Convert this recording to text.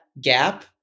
gap